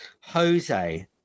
Jose